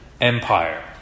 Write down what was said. Empire